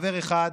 חבר אחד: